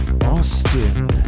Austin